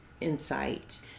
insight